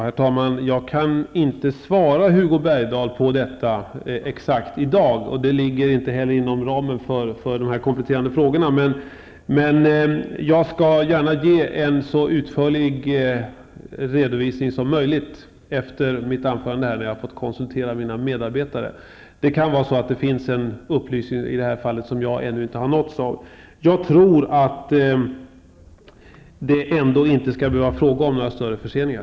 Herr talman! Jag kan i dag inte exakt besvara Hugo Bergdahls fråga, och det ligger inte heller inom ramen för de kompletterande frågorna, men jag skall gärna ge en så utförlig redovisning som möjligt efter mitt anförande, när jag har fått tillfälle att konsultera mina medarbetare. Det kan vara så att det i detta sammanhang finns någon upplysning som jag inte har nåtts av. Jag tror att det ändå inte skall behöva bli fråga om några större förseningar.